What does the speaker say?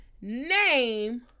Name